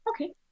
Okay